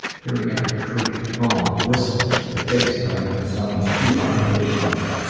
hearing every creak, hum, whistle. the bass coming out of someone's too-loud earphones.